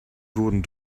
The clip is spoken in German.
wurden